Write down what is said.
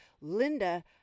Linda